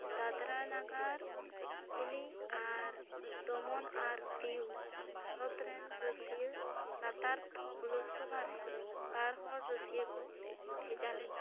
ᱫᱟᱫᱽᱨᱟ ᱱᱟᱜᱟᱨ ᱦᱟᱵᱷᱮᱞᱤ ᱟᱨ ᱫᱚᱢᱚᱱ ᱟᱨ ᱫᱤᱭᱩ ᱵᱷᱟᱨᱚᱛ ᱨᱮᱱ ᱨᱟᱹᱥᱭᱟᱹ ᱞᱟᱛᱟᱨ ᱛᱷᱚᱠ ᱞᱳᱠᱥᱚᱵᱷᱟ ᱨᱮ ᱵᱟᱨ ᱦᱚᱲ ᱨᱟᱹᱥᱭᱟᱹ ᱠᱚ ᱵᱷᱮᱡᱟ ᱞᱮᱫ ᱠᱤᱱᱟ